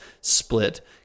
split